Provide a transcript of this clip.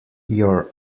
your